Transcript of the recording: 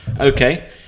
Okay